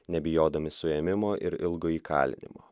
nebijodami suėmimo ir ilgo įkalinimo